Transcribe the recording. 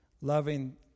loving